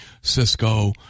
Cisco